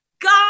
God